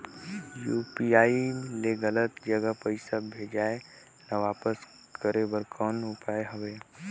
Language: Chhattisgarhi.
यू.पी.आई ले गलत जगह पईसा भेजाय ल वापस करे बर कौन उपाय हवय?